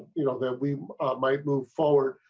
you know that we might move forward.